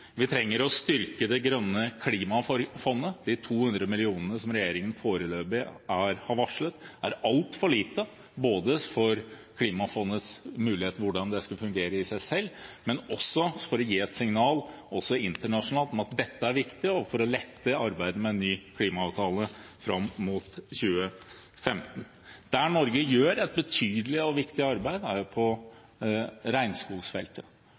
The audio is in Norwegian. Vi trenger å styrke Det grønne klimafondet – de 200 mill. kr som regjeringen foreløpig har varslet, er altfor lite, både med tanke på hvordan klimafondet skal ha mulighet til å fungere i seg selv, for å gi et signal også internasjonalt om at dette er viktig, og for å lette arbeidet med en ny klimaavtale fram mot 2015. Et felt hvor Norge gjør et betydelig og viktig arbeid, er regnskogfeltet.